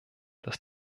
dass